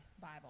Bible